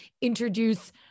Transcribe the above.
introduce